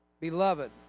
Beloved